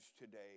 today